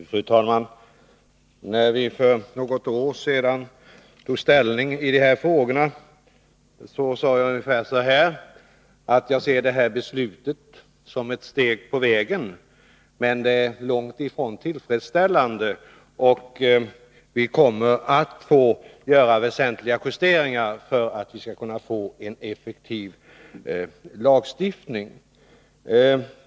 Fru talman! När vi för något år sedan tog ställning i dessa frågor sade jag ungefär så här: Jag ser det här beslutet som ett steg på vägen, men det är långt ifrån tillfredsställande, och vi kommer att få göra väsentliga justeringar för att vi skall kunna få en effektiv lagstiftning.